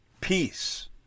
peace